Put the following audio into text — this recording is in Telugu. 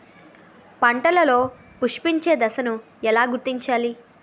పంటలలో పుష్పించే దశను ఎలా గుర్తించాలి?